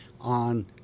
on